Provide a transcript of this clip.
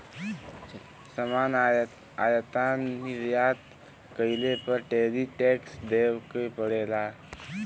सामान आयात निर्यात कइले पर टैरिफ टैक्स देवे क पड़ेला